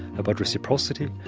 about reciprocity,